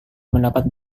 mendapat